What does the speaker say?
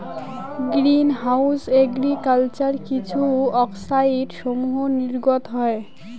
green house agriculture কিছু অক্সাইডসমূহ নির্গত হয়